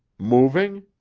moving?